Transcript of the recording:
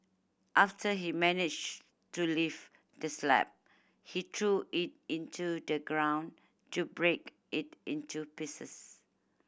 after he managed to lift the slab he threw it into the ground to break it into pieces